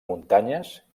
muntanyes